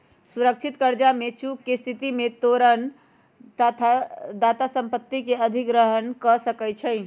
सुरक्षित करजा में चूक के स्थिति में तोरण दाता संपत्ति के अधिग्रहण कऽ सकै छइ